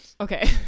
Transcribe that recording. Okay